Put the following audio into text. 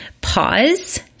pause